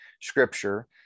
Scripture